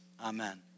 Amen